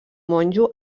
monjo